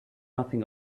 nothing